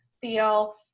feel